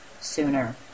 sooner